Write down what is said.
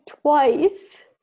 twice